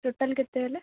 total କେତେ ହେଲା